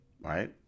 Right